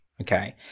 Okay